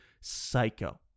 psycho